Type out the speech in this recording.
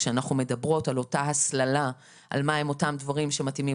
כשאנחנו מדברות על אותה ההסללה ועל מה הם אותם הדברים שמתאימים